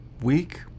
week